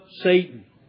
Satan